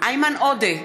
איימן עודה,